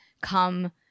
come –